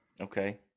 Okay